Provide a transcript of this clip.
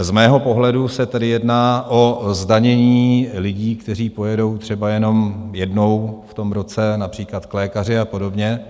Z mého pohledu se tedy jedná o zdanění lidí, kteří pojedou třeba jenom jednou v roce, například k lékaři a podobně.